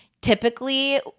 typically